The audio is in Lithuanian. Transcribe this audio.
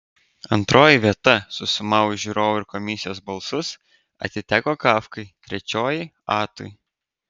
antroji vieta susumavus žiūrovų ir komisijos balsus atiteko kafkai trečioji atui